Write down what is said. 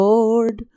Lord